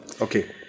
Okay